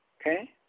Okay